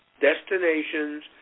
destinations